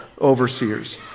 overseers